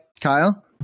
kyle